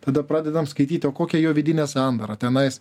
tada pradedam skaityti o kokia jo vidinė sandara tenais